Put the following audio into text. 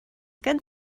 good